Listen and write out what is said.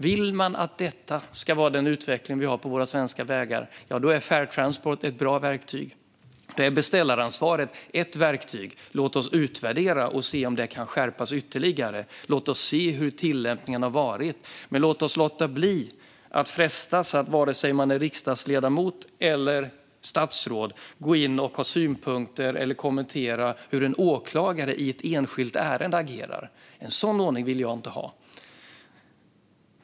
Vill man att detta ska vara den utveckling vi har på svenska vägar är Fair Transport ett bra verktyg. Beställaransvaret är ett annat verktyg. Låt oss utvärdera det och se om det kan skärpas ytterligare. Låt oss se hur tillämpningen har varit. Men låt oss inte, vare sig vi är ledamöter eller statsråd, frestas att gå in och ha synpunkter på eller kommentera hur en åklagare agerar i ett enskilt ärende. En sådan ordning vill jag inte ha.